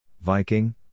Viking